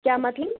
کیاہ مطلب